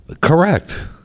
correct